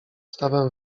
stawem